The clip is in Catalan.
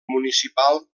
municipal